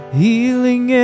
healing